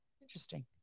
Interesting